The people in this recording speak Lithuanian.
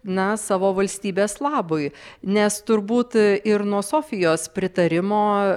na savo valstybės labui nes turbūt ir nuo sofijos pritarimo